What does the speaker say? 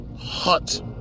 Hot